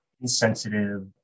insensitive